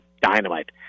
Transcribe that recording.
dynamite